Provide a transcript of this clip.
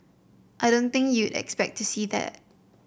I don't think you'd expect to see that